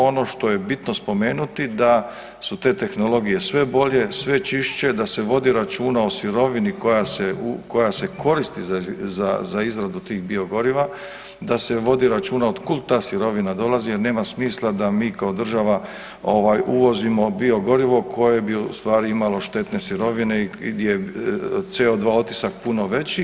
Ono što je bitno spomenuti da su te tehnologije sve bolje, sve čišće, da se vodi računa o sirovini koja se koristi za izradu tih biogoriva, da se vodi računa od kud ta sirovina dolazi jel nema smisla da mi kao država uvozimo biogorivo koje bi ustvari imalo štetne sirovine i gdje CO2 otisak puno veći.